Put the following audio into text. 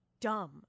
dumb